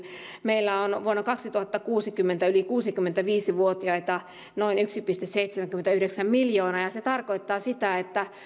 meillä on on vuonna kaksituhattakuusikymmentä yli kuusikymmentäviisi vuotiaita noin yksi pilkku seitsemänkymmentäyhdeksän miljoonaa se tarkoittaa sitä että